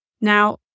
Now